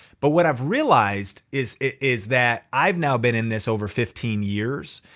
but what i've realized, is is that i've now been in this over fifteen years,